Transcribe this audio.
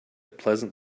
pleasant